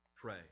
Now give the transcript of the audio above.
Pray